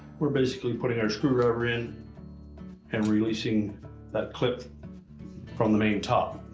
we're basically putting our screwdriver in and releasing that clip from the main top.